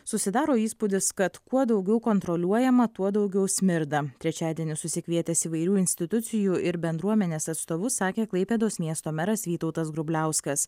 susidaro įspūdis kad kuo daugiau kontroliuojama tuo daugiau smirda trečiadienį susikvietęs įvairių institucijų ir bendruomenės atstovus sakė klaipėdos miesto meras vytautas grubliauskas